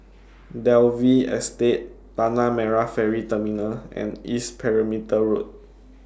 Dalvey Estate Tanah Merah Ferry Terminal and East Perimeter Road